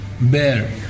bear